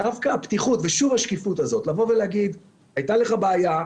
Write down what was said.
דווקא הפתיחות ושוב השקיפות הזאת להגיד: הייתה לך בעיה,